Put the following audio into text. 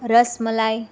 રસ મલાઈ